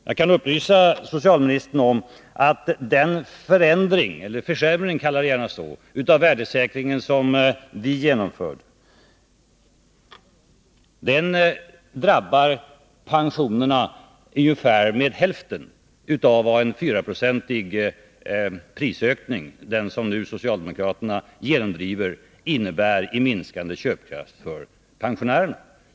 Jag kan upplysa socialministern om att den förändring eller försämring — kalla det gärna så — av värdesäkringen som vi genomförde drabbade pensionärerna med ungefär hälften av vad en 4-procentig prisökning, som nu socialdemokraterna genomdriver, innebär i minskande köpkraft för pensionärerna.